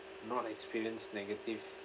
not experience negative